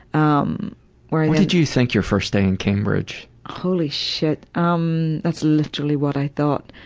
um what did you think your first day in cambridge? holy shit. um that's literally what i thought.